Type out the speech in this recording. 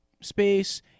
space